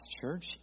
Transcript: Church